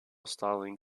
stalling